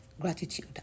gratitude